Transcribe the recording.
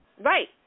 right